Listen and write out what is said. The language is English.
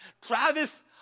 Travis